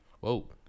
Whoa